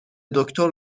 دکتر